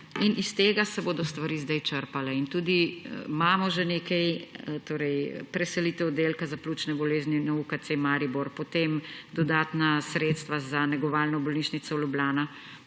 In iz tega se bodo stvari zdaj črpale. In tudi imamo že nekaj, torej preselitev Oddelka za pljučne bolezni na UKC Maribor, potem dodatna sredstva za Negovalno bolnišnico Ljubljana,